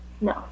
no